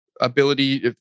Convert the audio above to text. ability